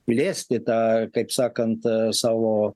plėsti tą kaip sakant savo